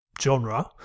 genre